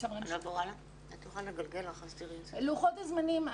לוחות הזמנים.